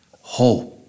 hope